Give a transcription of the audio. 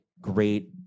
great